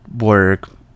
work